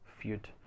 feud